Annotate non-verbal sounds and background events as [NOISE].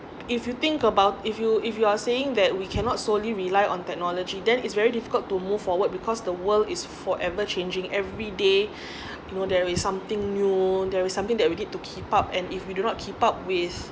if you think about if you if you are saying that we cannot solely rely on technology then is very difficult to move forward because the world is forever changing every day [BREATH] you know there is something new there is something that we need to keep up and if we do not keep up with